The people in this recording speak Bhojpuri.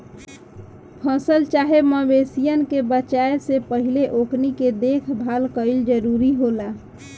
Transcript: फसल चाहे मवेशियन के बेचाये से पहिले ओकनी के देखभाल कईल जरूरी होला